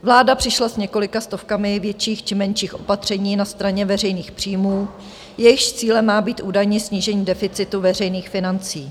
Vláda přišla s několika stovkami větších či menších opatření na straně veřejných příjmů, jejichž cílem má být údajně snížení deficitu veřejných financí.